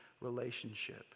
relationship